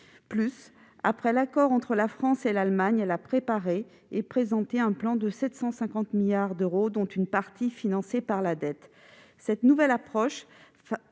plus, après l'accord entre la France et l'Allemagne, elle a préparé et présenté un plan de 750 milliards d'euros, dont une partie est financée par la dette. Cette nouvelle approche